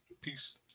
Peace